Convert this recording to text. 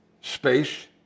space